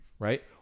Right